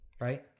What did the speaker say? right